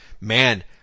Man